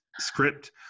script